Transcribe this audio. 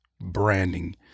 branding